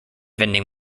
vending